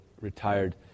retired